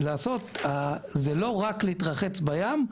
אין מדובר רק ברחצה בים,